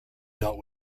dealt